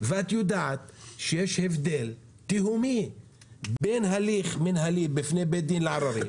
יודעת שיש הבדל תהומי בין הליך מינהלי בפני בית דין לעררים,